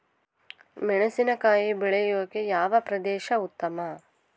ಮೆಣಸಿನಕಾಯಿ ಬೆಳೆಯೊಕೆ ಯಾವ ಪ್ರದೇಶ ಉತ್ತಮ?